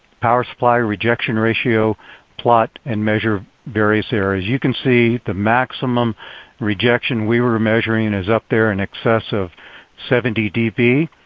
power supply rejection ratio plot and measure various areas. you can see the maximum rejection we were measuring is up there in excess of seventy db.